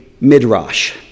midrash